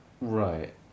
Right